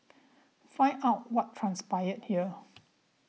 find out what transpired here